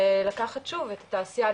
ולקחת שוב את התעשיה,